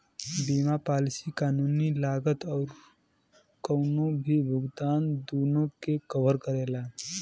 बीमा पॉलिसी कानूनी लागत आउर कउनो भी भुगतान दूनो के कवर करेला